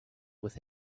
with